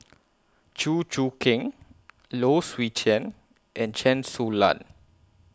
Chew Choo Keng Low Swee Chen and Chen Su Lan